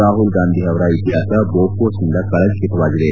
ರಾಹುಲ್ ಗಾಂಧಿ ಅವರ ಇತಿಹಾಸ ಬೋಫೋರ್ಸ್ನಿಂದ ಕಳಂಕಿತವಾಗಿದೆ